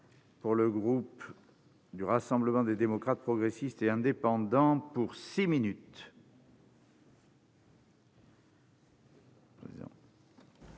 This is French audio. pour le groupe Rassemblement des démocrates, progressistes et indépendants. Monsieur